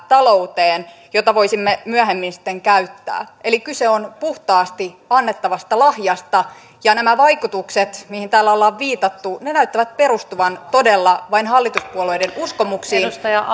jota voisimme myöhemmin sitten käyttää eli kyse on puhtaasti annettavasta lahjasta ja nämä vaikutukset mihin täällä ollaan viitattu näyttävät perustuvan todella vain hallituspuolueiden uskomuksiin